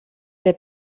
der